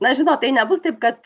na žinot tai nebus taip kad